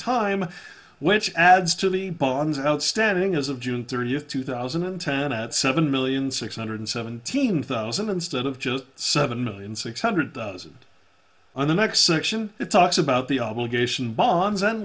time which adds to the bonds outstanding as of june thirtieth two thousand and ten at seven million six hundred seventeen thousand instead of just seven million six hundred thousand in the next section it talks about the obligation bo